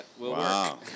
wow